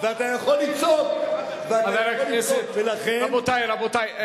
ואתה יכול לצעוק, חבר הכנסת, ולכן, רבותי, רבותי.